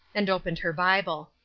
and opened her bible.